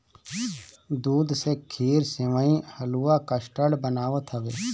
दूध से खीर, सेवई, हलुआ, कस्टर्ड बनत हवे